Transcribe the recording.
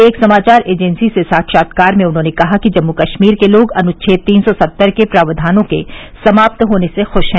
एक समाचार एजेंसी से साक्षात्कार में उन्हॉने कहा कि जम्मू कश्मीर के लोग अनुछेद तीन सौ सत्तर के प्रावधानों के समाप्त होने से खश हैं